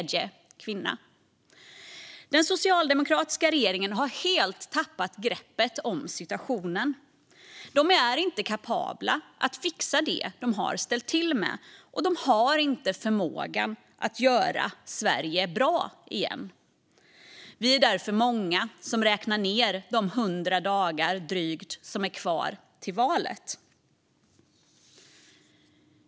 Den socialdemokratiska regeringen har helt tappat greppet om situationen. De är inte kapabla att fixa det de har ställt till med, och de har inte förmågan att göra Sverige bra igen. Vi är därför många som räknar ned de drygt 100 dagar som är kvar till valet.